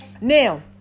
Now